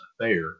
affair